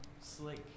slick